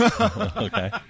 Okay